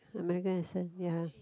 American accent ya